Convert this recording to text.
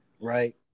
right